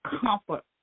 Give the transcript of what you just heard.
comfort